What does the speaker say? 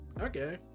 okay